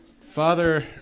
Father